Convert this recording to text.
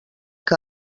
que